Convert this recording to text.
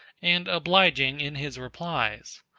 and obliging in his replies.